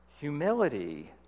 Humility